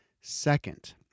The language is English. second